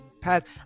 past